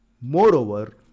Moreover